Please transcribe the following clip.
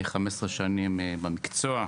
אני 15 שנים במקצוע,